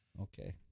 Okay